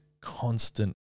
constant